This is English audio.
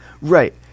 Right